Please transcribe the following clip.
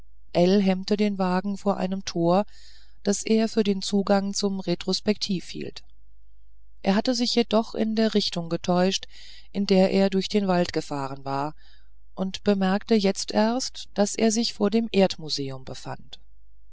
hemmte den wagen vor einem tor das er für den zugang zum retrospektiv hielt er hatte sich jedoch in der richtung getäuscht in der er durch den wald gefahren war und bemerkte jetzt erst daß er sich vor dem erdmuseum befand